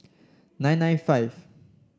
nine nine five